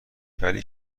ولی